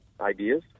ideas